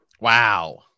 Wow